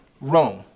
Rome